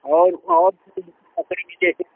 और और जैसे